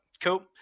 cool